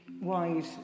wide